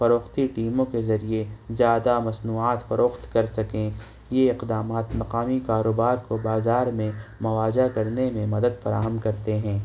فروختی ٹیموں کے ذریعے زیادہ مصنوعات فروخت کر سکیں یہ اقدامات مقامی کاروبار کو بازار میں مواضع کرنے میں مدد فراہم کرتے ہیں